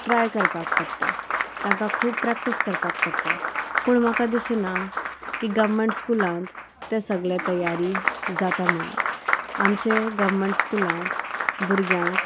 try करपाक पडटा तांकां खूब प्रॅक्टीस करपाक पडटा पूण म्हाका दिसना की गव्हमेंट स्कुलांत ते सगळे तयारी जाता म्हणून आमचे गव्हमेंट स्कुलांत भुरग्यांक